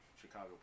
Chicago